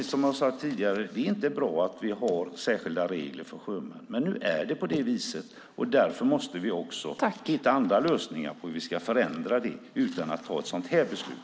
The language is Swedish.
Som jag sade tidigare är det inte bra att vi har särskilda regler för sjömän, men nu är det på det viset. Vi måste därför hitta andra lösningar på hur vi ska förändra det utan att ta ett sådant här beslut.